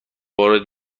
وارد